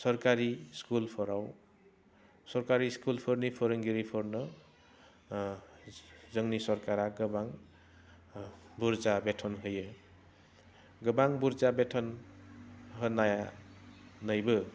सरकारि स्कुलफोराव सरकारि स्कुलफोरनि फोरोंगिरिफोरनो जोंनि सरकारा गोबां बुरजा बेथ'न होयो गोबां बुरजा बेथ'न होनानैबो